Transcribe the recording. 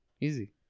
Easy